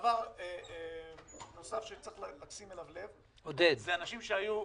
דבר נוסף שצריך לשים אליו לב זה אנשים שהיו --- טוב.